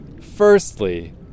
Firstly